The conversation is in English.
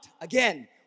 again